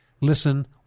listen